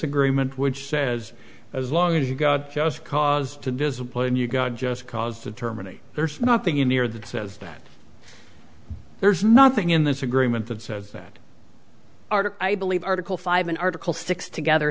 agreement which says as long as you've got just cause to discipline you've got just cause to terminate there's nothing in here that says that there's nothing in this agreement that says that i believe article five an article six together